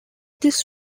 this